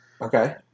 Okay